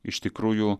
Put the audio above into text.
iš tikrųjų